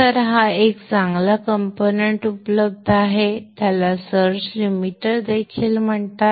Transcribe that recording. तर हा एक चांगला कंपोनेंट्स उपलब्ध आहे त्याला सर्ज लिमिटर देखील म्हणतात